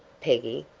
peggy,